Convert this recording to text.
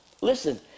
listen